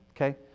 okay